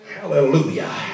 Hallelujah